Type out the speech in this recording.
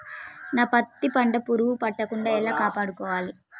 నా పత్తి పంట పురుగు పట్టకుండా ఎలా కాపాడుకోవాలి?